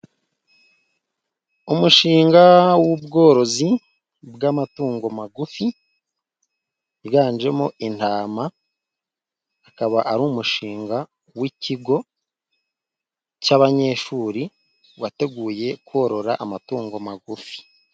Umushinga w'ubworozi bw'amatungo magufi wiganjemo intama, akaba ari umushinga w'ikigo cy'abanyeshuri wateguye korora amatungo magufi.